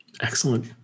Excellent